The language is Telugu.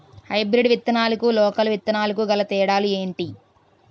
హైబ్రిడ్ విత్తనాలకు లోకల్ విత్తనాలకు గల తేడాలు ఏంటి?